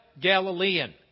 Galilean